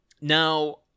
Now